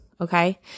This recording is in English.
okay